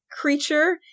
creature